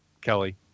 Kelly